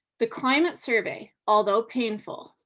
the climate survey, although painful,